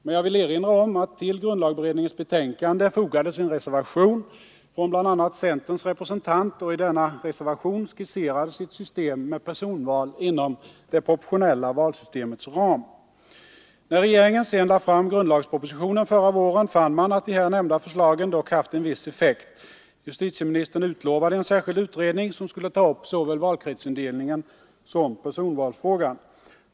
Men jag vill erinra om att till grundlagberedningens betänkande fogades en reservation från bl.a. centerns representant, och i denna reservation skisserades ett system med personval inom det proportionella valsystemets ram. När regeringen sedan lade fram grundlagspropositionen förra våren, fann man att de här nämnda förslagen dock haft en viss effekt. Justitieministern utlovade en särskild utredning, som skulle ta upp såväl valkretsindelningen som personvalsfrågan.